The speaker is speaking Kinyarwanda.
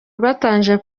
rwatangaje